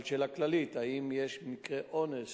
שאלת שאלה כללית, האם יש מקרי אונס